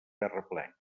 terraplens